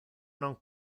non